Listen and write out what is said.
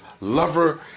lover